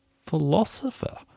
philosopher